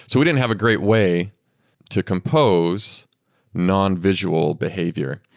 so we didn't have a great way to compose non-visual behavior.